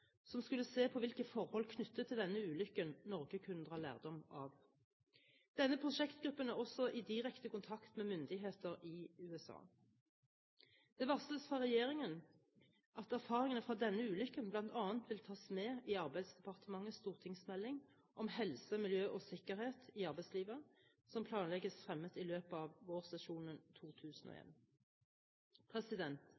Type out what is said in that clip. som skulle se på hvilke forhold knyttet til denne ulykken Norge kunne dra lærdom av. Denne prosjektgruppen er også i direkte kontakt med myndigheter i USA. Det varsles fra regjeringen at erfaringene fra denne ulykken bl.a. vil tas med i Arbeidsdepartementets stortingsmelding om helse, miljø og sikkerhet i arbeidslivet, som planlegges fremmet i løpet av vårsesjonen